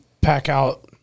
pack-out